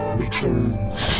returns